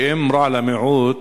שאם רע למיעוט,